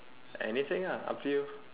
anything ah up to you